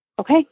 Okay